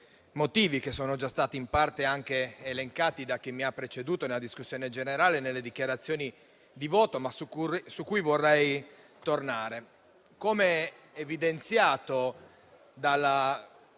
motivi, che sono già stati in parte anche elencati da chi mi ha preceduto nella discussione generale e nelle dichiarazioni di voto, ma su cui vorrei tornare. Come evidenziato in